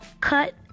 cut